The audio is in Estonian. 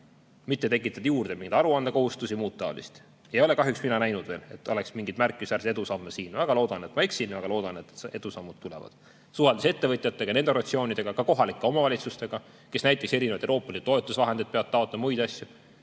mitte tekitada juurde mingeid aruandekohustusi ja muud taolist. Ei ole kahjuks mina näinud veel, et oleks mingeid märkimisväärseid edusamme siin. Väga loodan, et ma eksin, väga loodan, et edusammud tulevad. Paraku suheldes ettevõtjatega ja nende organisatsioonidega, ka kohalike omavalitsustega, kes näiteks erinevaid Euroopa Liidu toetusvahendeid peavad taotlema ja muid asju,